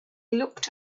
looked